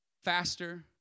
Faster